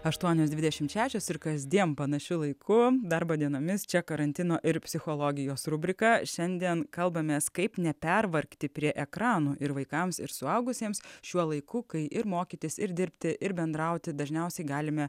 aštuonios dvidešimt šešios ir kasdien panašiu laiku darbo dienomis čia karantino ir psichologijos rubrika šiandien kalbamės kaip nepervargti prie ekranų ir vaikams ir suaugusiems šiuo laiku kai ir mokytis ir dirbti ir bendrauti dažniausiai galime